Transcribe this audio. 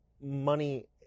money